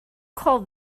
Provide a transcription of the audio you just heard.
call